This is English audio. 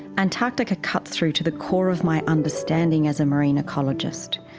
antarctica cuts through to the core of my understanding as a marine ecologist,